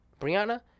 Brianna